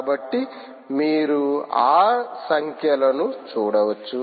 కాబట్టి మీరు ఆ సంఖ్యలను చూడవచ్చు